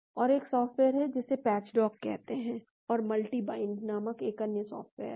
और एक सॉफ्टवेयर है जिसे पैच डॉक कहते हैं और मल्टी बाइंड नामक एक अन्य सॉफ्टवेयर है